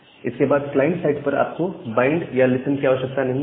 इसके बाद client side पर आपको बाइंड या लिसन की आवश्यकता नहीं होती